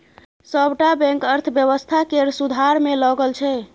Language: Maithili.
सबटा बैंक अर्थव्यवस्था केर सुधार मे लगल छै